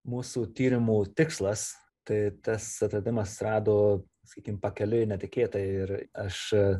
mūsų tyrimų tikslas tai tas atradimas rado sakykim pakeliui netikėtai ir aš